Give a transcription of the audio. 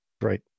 right